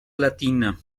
latina